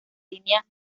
línea